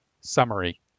Summary